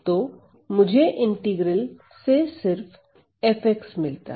तो मुझे इंटीग्रल से सिर्फ f मिलता है